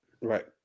Right